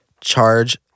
Charge